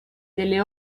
delle